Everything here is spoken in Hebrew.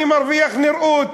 אני מרוויח נראות.